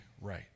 right